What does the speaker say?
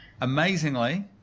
Amazingly